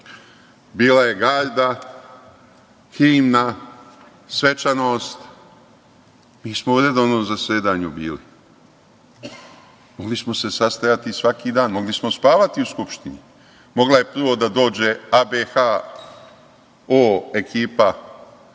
bila je garda, himna, svečanost, mi smo u redovnom zasedanju bili. Mogli smo se sastajati svaki dan, mogli smo spavati u Skupštini, mogla je prvo da dođe ABHO ekipa